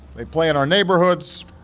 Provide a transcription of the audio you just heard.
they play in our neighborhoods,